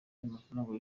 y’amafaranga